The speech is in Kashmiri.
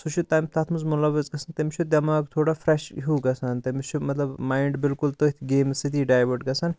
سُہ چھُ تمہِ تَتھ منٛز مُلَوَس گَژھان تٔمِس چھُ دٮ۪ماغ تھوڑا فرٛیش ہِیوٗ گَژھان تٔمِس چھُ مَطلب مایِنٛڈ بِلکُل تٔتھۍ گیمہِ سۭتی ڈایوٲٹ گَژھان